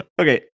okay